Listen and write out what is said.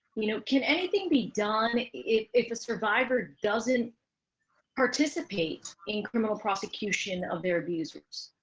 you know can anything be done if if a survivor doesn't participate in criminal prosecution of their abusers?